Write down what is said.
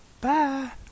Bye